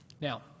Now